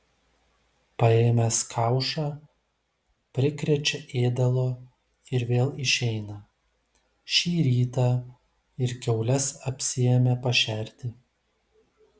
paėmęs kaušą prikrečia ėdalo ir vėl išeina šį rytą ir kiaules apsiėmė pašerti